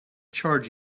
charge